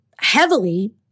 heavily